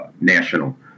national